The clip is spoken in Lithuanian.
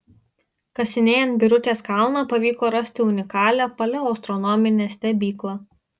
kasinėjant birutės kalną pavyko rasti unikalią paleoastronominę stebyklą